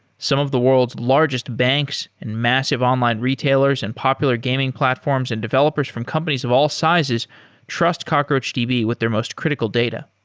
some of the world's largest banks and massive online retailers and popular gaming platforms and developers from companies of all sizes trust cockroachdb with their most critical data.